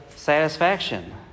satisfaction